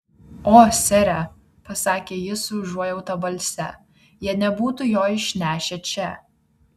o sere pasakė ji su užuojauta balse jie nebūtų jo išnešę čia